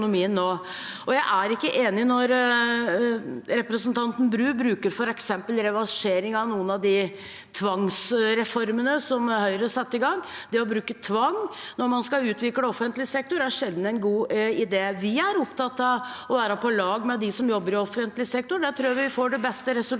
Jeg er ikke enig når representanten Bru viser til f.eks. reversering av noen av de tvangsreformene som Høyre satte i gang. Det å bruke tvang når man skal utvikle offentlig sektor, er sjelden en god idé. Vi er opptatt av å være på lag med dem som jobber i offentlig sektor. Det tror jeg vi får de beste resultatene